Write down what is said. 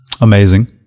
amazing